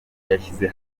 yashyize